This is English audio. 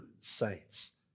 saints